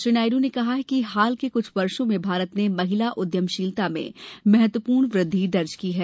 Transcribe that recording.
श्री नायडू ने कहा कि हाल के कुछ वर्षों में भारत ने महिला उद्यमशीलता में महत्वपूर्ण वृद्वि दर्ज की है